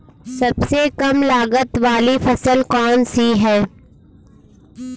सबसे कम लागत वाली फसल कौन सी है?